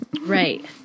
Right